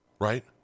right